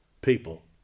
people